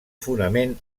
fonament